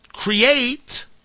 create